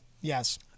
yes